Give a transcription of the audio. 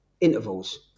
intervals